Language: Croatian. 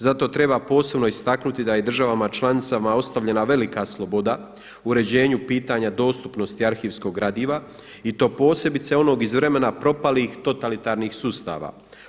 Zato treba posebno istaknuti da je i državama članicama ostavljena velika sloboda u uređenju pitanja dostupnosti arhivskog gradiva i to posebice onog iz vremena propalih totalitarnih sustava.